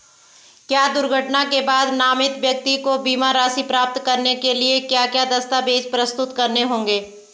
क्या दुर्घटना के बाद नामित व्यक्ति को बीमा राशि प्राप्त करने के लिए क्या क्या दस्तावेज़ प्रस्तुत करने होंगे?